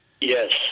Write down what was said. Yes